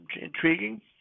intriguing